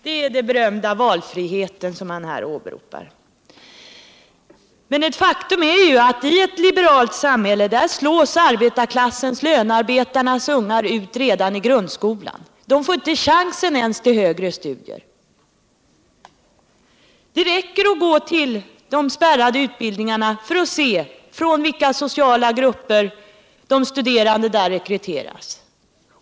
Det är den berömda valfriheten som han här åberopar. Men ett faktum är ju att i ett liberalt samhälle slås arbetarklassens, lönarbetarnas, ungar ut redan i grundskolan. De får inte chansen ens till högre studier. Det räcker att gå till de spärrade utbildningarna för att se från vilka sociala grupper de studerande där rekryteras.